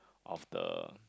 of the